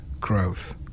growth